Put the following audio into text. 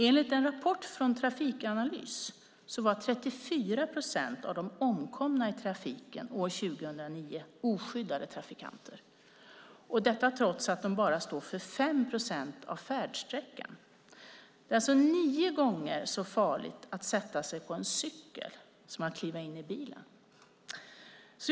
Enligt en rapport från Trafikanalys var 34 procent av de omkomna i trafiken år 2009 oskyddade trafikanter, detta trots att de bara står för 5 procent av färdsträckan. Det är alltså nio gånger så farligt att sätta sig på en cykel som att kliva in i en bil.